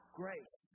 grace